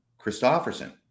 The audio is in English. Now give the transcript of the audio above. Christofferson